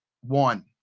one